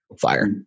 fire